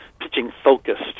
pitching-focused